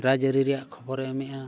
ᱨᱟᱡᱽ ᱟᱹᱨᱤ ᱨᱮᱭᱟᱜ ᱠᱷᱚᱵᱚᱨᱮ ᱮᱢᱮᱜᱼᱟ